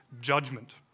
judgment